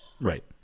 Right